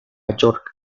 york